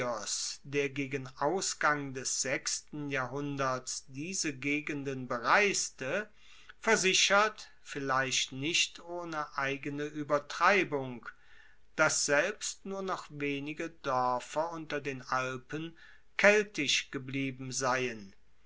der gegen ausgang des sechsten jahrhunderts diese gegenden bereiste versichert vielleicht nicht ohne eigene uebertreibung dass daselbst nur noch wenige doerfer unter den alpen keltisch geblieben seien